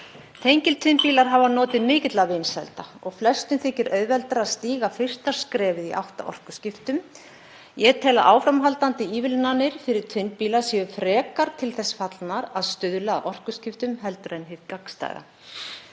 Tengiltvinnbílar hafa notið mikilla vinsælda og flestum þykir auðveldara að stíga þannig fyrsta skrefið í átt að orkuskiptum. Ég tel að áframhaldandi ívilnanir fyrir tvinnbíla séu frekar til þess fallnar að stuðla að orkuskiptum heldur en hið gagnstæða.